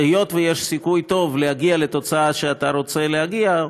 והיות שיש סיכוי טוב להגיע לתוצאה שאתה רוצה להגיע אליה,